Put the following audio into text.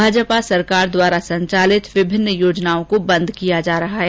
भाजपा सरकार द्वारा संचालित विभिन्न योजनाओं को बंद किया जा रहा है